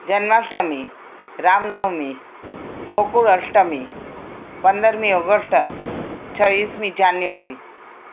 જન્માષ્ટમી રામનવમી ગોકુળઅષ્ટમી પંદરમી ઓગષ્ટ છવ્વીસમી જાન્યુઆરી